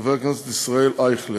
חבר הכנסת ישראל אייכלר.